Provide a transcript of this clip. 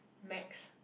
maths